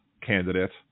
candidate